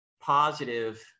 positive